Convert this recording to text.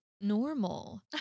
normal